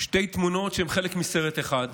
שתי תמונות שהן חלק מסרט אחד.